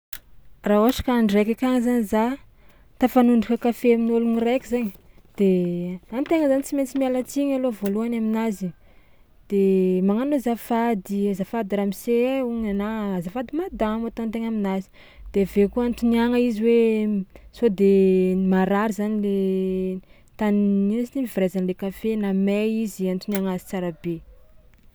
Raha ôhatra ka andro raiky akagny zany za tafanondraka kafe amin'ôlogno raiky zainy de an-tegna zany tsy maintsy miala tsiny alôha voalohany aminazy de magnano azafady ramose hogna na azafady madamo ataon-tegna aminazy de avy eo koa antoniagna izy hoe sao de marary zany le tany ino izy ty novoraizan'le kafe na may izy antoniagna azy tsara be.